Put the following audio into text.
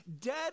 dead